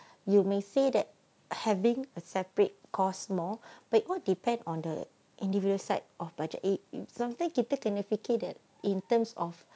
you may say that having a separate cost more but you will depend on the individual side of budget eh sometimes kita kena fikir that in terms of